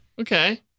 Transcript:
Okay